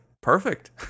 perfect